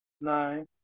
Nine